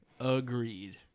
Agreed